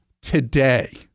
today